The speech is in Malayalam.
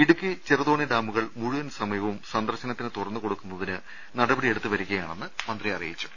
ഇടുക്കി ചെറുതോണി ഡാമുകൾ മുഴുവൻ സമയവും സന്ദർശനത്തിന് തുറന്നുകൊടുക്കുന്നതിന് നടപടി സ്വീകരിച്ചുവരികയാണെന്ന് മന്ത്രി അറിയിച്ചു